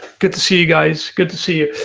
good to see you guys, good to see you.